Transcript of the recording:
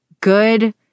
good